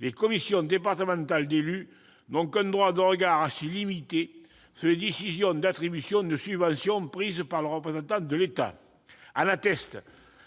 les commissions départementales d'élus n'ont qu'un droit de regard assez limité sur les décisions d'attribution de subventions prises par le représentant de l'État. En atteste